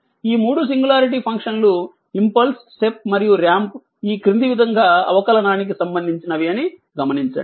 ఈ మూడు సింగులారిటీ ఫంక్షన్లు ఇంపల్స్ స్టెప్ మరియు రాంప్ ఈ క్రింది విధంగా అవకలనానికి సంబంధించినవి అని గమనించండి